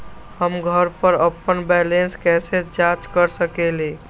हम घर पर अपन बैलेंस कैसे जाँच कर सकेली?